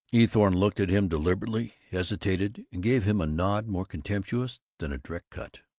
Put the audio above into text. eathorne looked at him deliberately, hesitated, and gave him a nod more contemptuous than a direct cut.